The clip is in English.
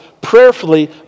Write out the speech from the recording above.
prayerfully